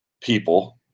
people